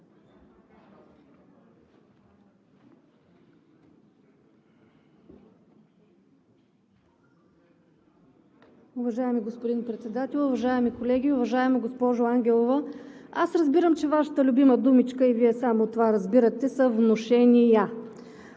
Уважаеми господин Председател, уважаеми колеги! Уважаема госпожо Ангелова, аз разбирам, че Вашата любима думичка и Вие разбирате само „внушения“.